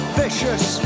vicious